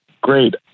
great